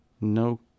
No